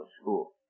school